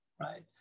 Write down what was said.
right